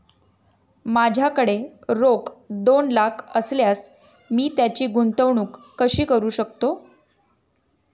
माझ्याकडे रोख दोन लाख असल्यास मी त्याची गुंतवणूक कशी करू शकतो?